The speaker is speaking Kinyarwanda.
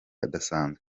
adasanzwe